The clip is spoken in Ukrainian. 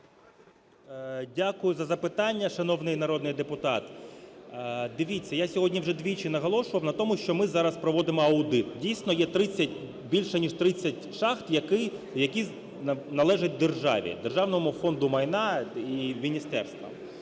Дякую за запитання, шановний народний депутат. Дивіться, я сьогодні вже двічі наголошував на тому, що ми зараз проводимо аудит. Дійсно, є 30, більше ніж 30 шахт, які належать державі, Державному фонду майна і міністерства.